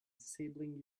disabling